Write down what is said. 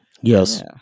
yes